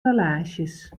relaasjes